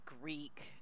Greek